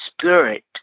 Spirit